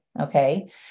Okay